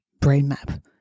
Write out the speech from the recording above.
brainmap